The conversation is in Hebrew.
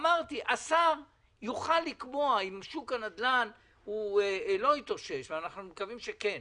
אמרתי שהשר יוכל לקבוע אם שוק הנדל"ן לא התאושש ואנחנו מקווים שכן